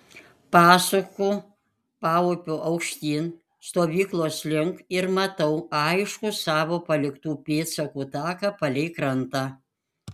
pasuku paupiu aukštyn stovyklos link ir matau aiškų savo paliktų pėdsakų taką palei krantą